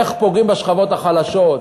איך פוגעים בשכבות החלשות,